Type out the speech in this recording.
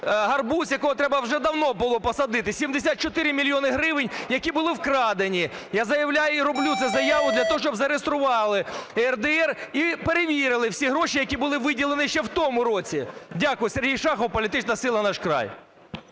Гарбуз, якого треба вже давно було посадити: 74 мільйони гривень, які були вкрадені. Я заявляю і роблю цю заяву для того, щоби зареєстрували в ЄРДР і перевірили всі гроші, які були виділені ще в тому році. Дякую. Сергій Шахов, політична сила "Наш край".